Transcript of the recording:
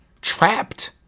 trapped